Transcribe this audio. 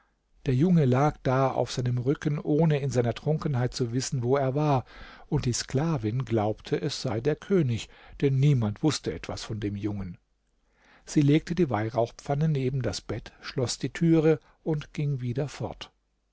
der junge lag da auf seinem rücken ohne in seiner trunkenheit zu wissen wo er war und die sklavin glaubte es sei der könig denn niemand wußte etwas von dem jungen sie legte die weihrauchpfanne neben das bett schloß die türe und ging wieder fort